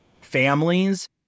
families